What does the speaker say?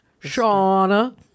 Shauna